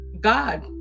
God